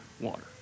water